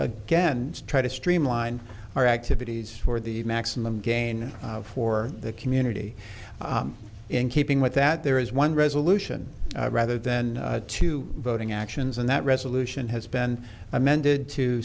again try to streamline our activities for the maximum gain for the community in keeping with that there is one resolution rather than two voting actions and that resolution has been amended to